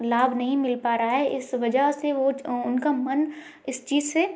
लाभ नहीं मिल पा रहा है इस वजह वो उनका मन इस चीज से